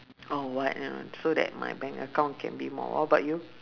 or what you know so that my bank account can be more what about you